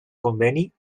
conveni